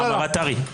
מר אטרי.